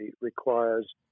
requires